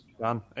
Done